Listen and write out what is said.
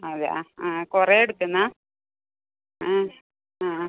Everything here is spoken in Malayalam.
അതെയൊ ആ കുറേ എടുക്കുന്നോ ആ ആ